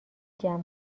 جمع